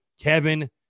Kevin